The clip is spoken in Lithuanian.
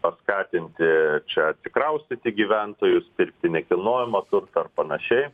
paskatinti čia atsikraustyti gyventojus pirkti nekilnojamą turtą ar panašiai